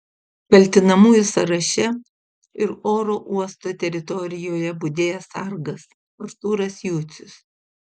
kaltinamųjų sąraše ir oro uosto teritorijoje budėjęs sargas artūras jucius